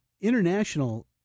international